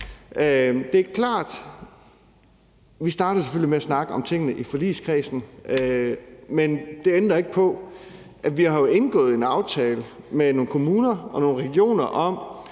Det er klart, at vi selvfølgelig starter med at snakke om tingene i forligskredsen, men det ændrer ikke på, at vi jo har indgået en aftale med nogle kommuner og regioner om,